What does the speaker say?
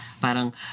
parang